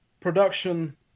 production